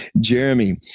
Jeremy